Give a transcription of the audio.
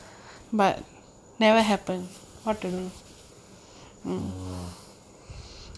mm